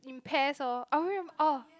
in pairs orh I rem~